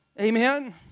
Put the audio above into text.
Amen